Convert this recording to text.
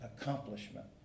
accomplishment